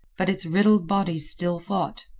but its riddled body still fought.